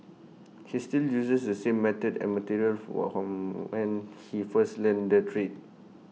he still uses the same method and materials from whom when he first learnt the trade